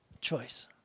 choice